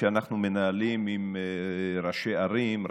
שאנחנו מנהלים עם ראשי ערים,